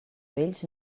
vells